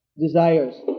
desires